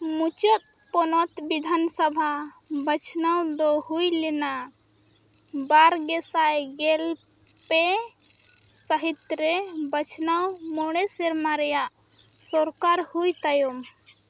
ᱢᱩᱪᱟᱹᱫ ᱯᱚᱱᱚᱛ ᱵᱤᱫᱷᱟᱱ ᱥᱚᱵᱷᱟ ᱵᱟᱪᱷᱱᱟᱣᱫᱚ ᱦᱩᱭᱞᱮᱱᱟ ᱵᱟᱨ ᱜᱮᱥᱟᱭ ᱜᱮᱞ ᱯᱮ ᱥᱟᱹᱦᱤᱛᱨᱮ ᱵᱟᱪᱷᱱᱟᱣ ᱢᱚᱬᱮ ᱥᱮᱨᱢᱟ ᱨᱮᱭᱟᱜ ᱥᱚᱨᱠᱟᱨ ᱦᱩᱭ ᱛᱟᱭᱚᱢ